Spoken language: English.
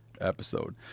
episode